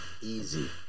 easy